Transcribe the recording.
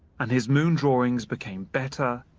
and his moon drawings became better,